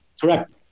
correct